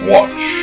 Watch